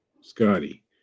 scotty